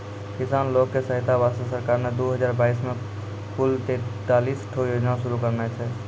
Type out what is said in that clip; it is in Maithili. किसान लोग के सहायता वास्तॅ सरकार नॅ दू हजार बाइस मॅ कुल तेतालिस ठो योजना शुरू करने छै